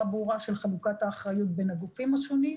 ברורה של חלוקת האחריות בין הגופים השונים.